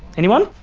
anyone?